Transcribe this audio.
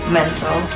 mental